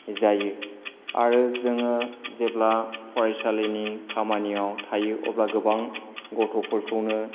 जायो आरो जोङो जेब्ला फरायसालिनि खामानियाव थायो अब्ला गोबां गथ'फोरखौनो